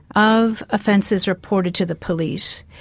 of offences reported to the police,